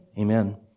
Amen